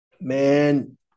man